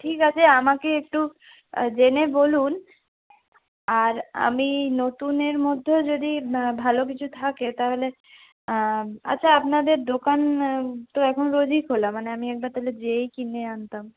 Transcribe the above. ঠিক আছে আমাকে একটু জেনে বলুন আর আমি নতুনের মধ্যেও যদি ভালো কিছু থাকে তাহলে আচ্ছা আপনাদের দোকান তো এখন রোজই খোলা মানে আমি একবার তাহলে যেয়েই কিনে আনতাম